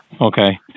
Okay